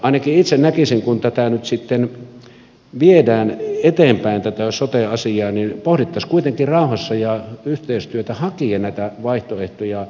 ainakin itse näkisin kun nyt sitten viedään eteenpäin tätä sote asiaa että pohdittaisiin kuitenkin rauhassa ja yhteistyötä hakien näitä vaihtoehtoja